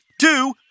two